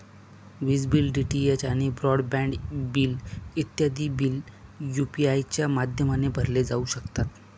विज bill, DTH आणि broadband bill इत्यादी बिल यू.पी.आय च्या माध्यमाने भरले जाऊ शकतात